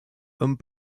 hommes